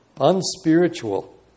unspiritual